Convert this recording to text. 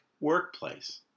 workplace